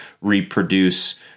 reproduce